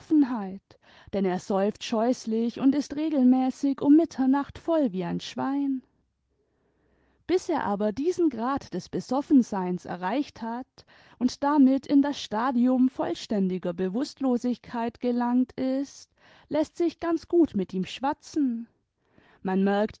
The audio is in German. denn er säuft scheußlich und ist regelmäßig um mittemacht vpll wie ein schwein bis er aber diesen grad des besoffenseins erreicht hat und damit in das stadium vollständiger bewußtlosigkeit gelangt ist läßt sich ganz gut mit ihm schwatzen man merkt